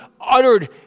uttered